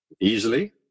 easily